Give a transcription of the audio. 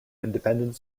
independent